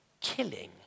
killing